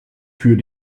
für